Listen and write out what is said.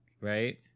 right